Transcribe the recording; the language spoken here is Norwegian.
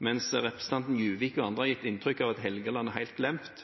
representanten Juvik og andre gir inntrykk av at Helgeland er helt glemt.